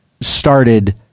started